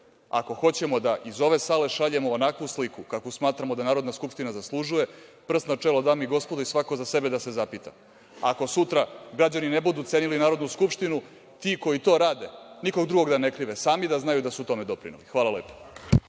Ako hoćemo da iz ove sale šaljemo onakvu sliku kakvu smatramo da Narodna skupština zaslužuje, prst na čelo, damo i gospodo, i svako za sebe da se zapita. Ako sutra građani ne budu cenili Narodnu skupštinu, ti koji to rade, nikog drugog da ne krive, sami da znaju da su tome doprineli. Hvala lepo.